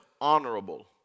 honorable